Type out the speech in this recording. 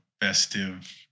festive